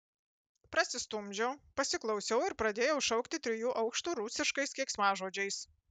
prasistumdžiau pasiklausiau ir pradėjau šaukti trijų aukštų rusiškais keiksmažodžiais